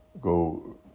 go